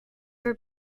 were